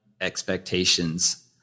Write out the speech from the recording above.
expectations